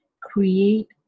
create